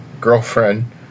girlfriend